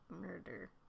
murder